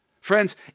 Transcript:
Friends